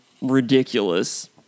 ridiculous